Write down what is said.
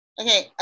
Okay